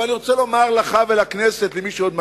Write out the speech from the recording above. אבל אני רוצה לומר לך ולכנסת, למי שעוד מקשיב: